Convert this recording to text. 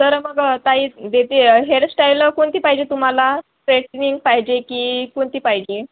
तर मग ताई देते हेअरश्टाईल कोणती पाहिजे तुम्हाला स्ट्रेटनिंग पाहिजे की कोणती पाहिजे